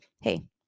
hey